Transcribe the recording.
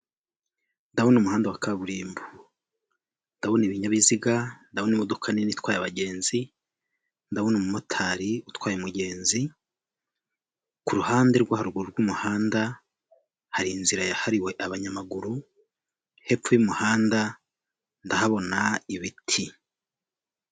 Ndabona umuhanda wa kaburimbo, ndabona ibinyabiziga, ndabona imodoka nini itwaye abagenzi, ndabona umumotari utwaye umugenzi, kuruhande rwarwo rw'umuhanda hari inzira yahariwe abanyamaguru hepfo y'umuhanda ndahabona ibiti.